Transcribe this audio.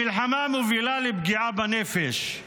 המלחמה מובילה לפגיעה בנפש,